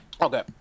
Okay